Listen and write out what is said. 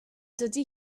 dydy